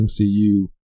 MCU